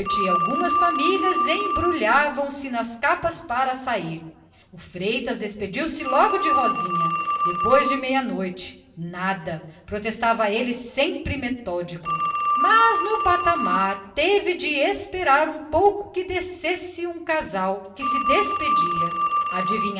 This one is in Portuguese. algumas famílias embrulhavam se nas suas capas para sair o freitas despediu-se logo do rosinha apressado depois da meia-noite nada nada absolutamente observava ele sempre metódico mas no patamar da escada teve de esperar um instante que descesse um casal que se despedia